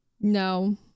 no